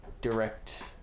direct